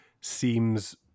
seems